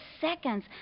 seconds